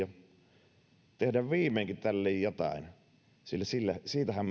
tämä asia tehdä viimeinkin tälle jotain sillä sillä siitähän